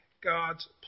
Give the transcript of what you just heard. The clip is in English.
God's